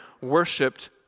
worshipped